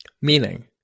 Meaning